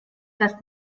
das